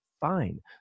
fine